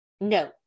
No